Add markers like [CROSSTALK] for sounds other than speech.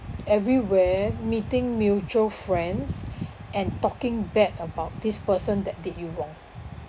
everywhere meeting mutual friends [BREATH] and talking bad about this person that did you wrong